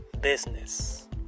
Business